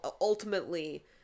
ultimately